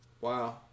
Wow